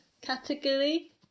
category